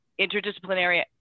interdisciplinary